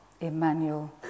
Emmanuel